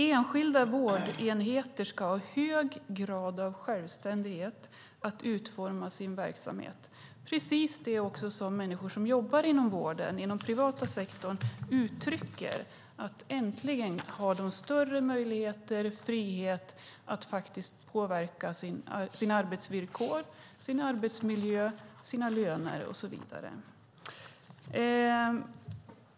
"Enskilda vårdenheter" ska "ha en hög grad av självständighet att utforma sin verksamhet." Det är precis detta som människor som jobbar inom vården i den privata sektorn uttrycker. Äntligen har de större möjligheter och frihet att faktiskt påverka sina arbetsvillkor, sin arbetsmiljö, sina löner och så vidare.